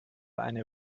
eine